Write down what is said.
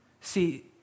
See